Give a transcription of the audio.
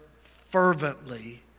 fervently